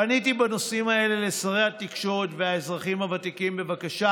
פניתי בנושאים האלה לשרי התקשורת והאזרחים הוותיקים בבקשה